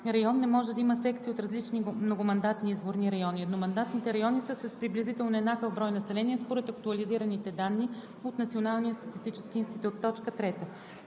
район не може да има секции от различни многомандатни изборни райони. Едномандатните райони са с приблизително еднакъв брой население според актуализираните данни от Националния статистически институт;